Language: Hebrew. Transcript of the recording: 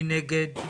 מי נגד?